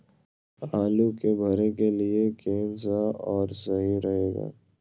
आलू के भरे के लिए केन सा और सही रहेगा?